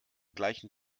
gleichen